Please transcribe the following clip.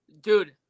dude